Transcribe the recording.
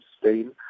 Spain